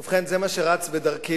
ובכן, זה מה שרץ בראשי